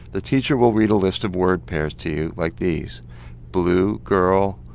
the teacher will read a list of word pairs to you like these blue girl,